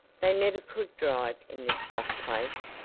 they never could drive in this rough place,